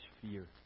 fear